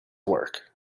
work